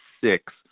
six